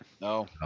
No